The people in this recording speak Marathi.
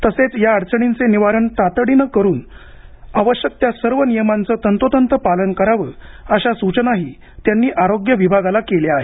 तसेच या अडचणींचे निवारण तातडीनं करून आवश्यक त्या सर्व नियमांचे तंतोतंत पालन करावं अशा सूचनाही त्यांनी आरोग्य विभागाला केल्या आहेत